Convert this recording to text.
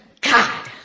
God